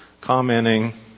commenting